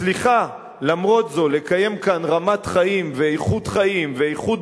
מצליחה למרות זאת לקיים כאן רמת חיים ואיכות חיים ואיכות